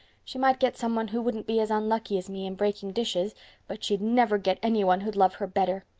she might get someone who wouldn't be as unlucky as me in breaking dishes but she'd never get anyone who'd love her better.